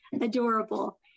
adorable